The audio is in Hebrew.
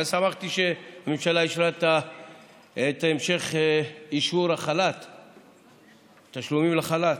ושמחתי שהממשלה אישרה את המשך התשלומים לחל"ת.